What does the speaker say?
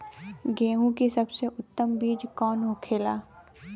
गेहूँ की सबसे उत्तम बीज कौन होखेला?